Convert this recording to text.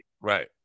Right